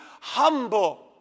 humble